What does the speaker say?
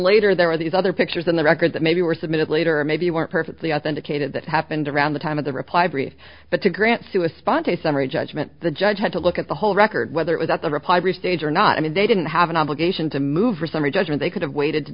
later there were these other pictures in the record that maybe were submitted later maybe weren't perfectly authenticated that happened around the time of the reply brief but to grant to a sponsor a summary judgment the judge had to look at the whole record whether it was at the replied restage or not i mean they didn't have an obligation to move or summary judgment they could have waited to